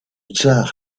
tsar